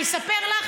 אני אספר לך,